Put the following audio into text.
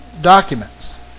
documents